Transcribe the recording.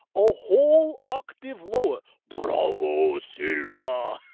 a whole octave lower bravo, silva!